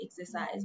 exercise